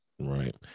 Right